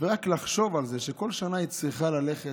רק לחשוב על זה שכל שנה היא צריכה ללכת,